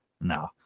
No